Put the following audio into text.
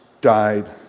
died